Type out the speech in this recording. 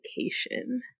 vacation